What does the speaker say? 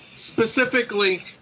specifically